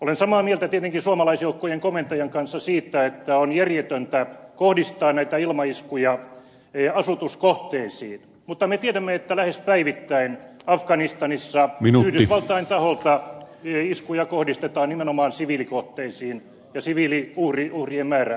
olen samaa mieltä tietenkin suomalaisjoukkojen komentajan kanssa siitä että on järjetöntä kohdistaa näitä ilmaiskuja asutuskohteisiin mutta me tiedämme että lähes päivittäin afganistanissa yhdysvaltain taholta iskuja kohdistetaan nimenomaan siviilikohteisiin ja siviiliuhrien määrä on jatkuvasti kasvussa